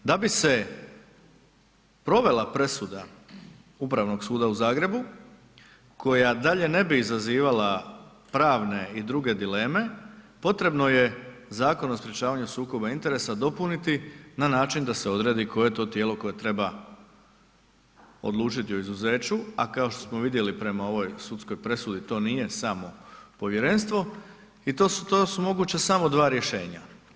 Da bi se provela presuda Upravnog suda u Zagrebu koja dalje ne bi izazivala pravne i druge dileme, potrebno je Zakon o sprječavanju sukoba interesa dopuniti na način da se odredi koje to tijelo koje treba odlučiti o izuzeću a kao što smo vidjeli prema ovoj sudskoj presudi, to nije samo povjerenstvo i to su moguća samo dva rješenja.